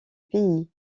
pays